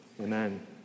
Amen